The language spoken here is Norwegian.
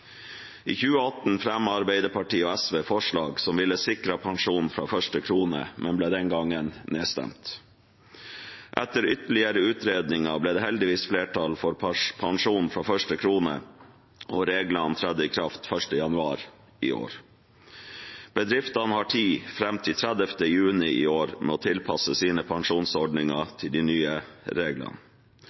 I 2018 fremmet Arbeiderpartiet og SV forslag som ville sikret pensjon fra første krone, men ble den gangen nedstemt. Etter ytterligere utredninger ble det heldigvis flertall for pensjon fra første krone, og reglene og trådte i kraft 1. januar i år. Bedriftene har tid fram til 30. juni i år med å tilpasse sine pensjonsordninger til de nye reglene.